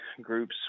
groups